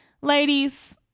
Ladies